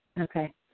Okay